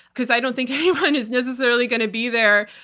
because i don't think anyone is necessarily going to be there,